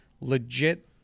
legit